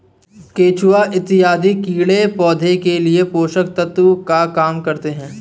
केचुआ इत्यादि कीड़े पौधे के लिए पोषक तत्व का काम करते हैं